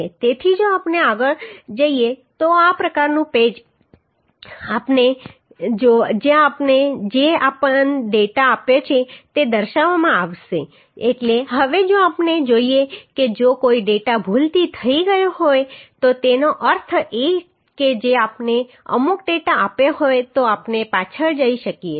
તેથી જો આપણે આગળ જઈએ તો આ પ્રકારનું પેજ આવશે જ્યાં આપણે જે પણ ડેટા આપ્યો છે તે દર્શાવવામાં આવ્યો છે એટલે હવે જો આપણે જોઈએ કે જો કોઈ ડેટા ભૂલથી થઈ ગયો હોય તો તેનો અર્થ એ કે જો આપણે અમુક ડેટા આપ્યો હોય તો આપણે પાછળ જઈ શકીએ છીએ